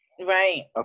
Right